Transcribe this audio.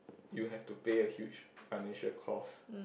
you have to pay a huge financial cost